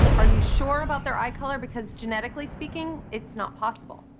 are you sure about their eye color? because genetically speaking, it's not possible.